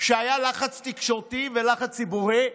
שהיה לחץ תקשורתי ולחץ ציבורי,